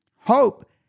hope